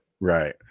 Right